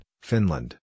Finland